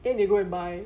then they go and buy